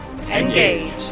Engage